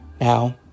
Now